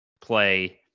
play